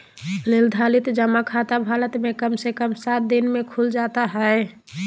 निर्धारित जमा खाता भारत मे कम से कम सात दिन मे खुल जाता हय